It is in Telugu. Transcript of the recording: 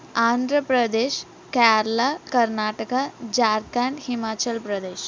ఆంధ్రప్రదేశ్ కేరళ కర్ణాటక జార్ఖండ్ హిమాచల్ ప్రదేశ్